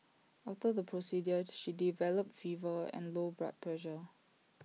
after the procedure she developed fever and low blood pressure